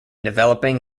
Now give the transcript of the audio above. developing